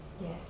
Yes